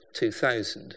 2000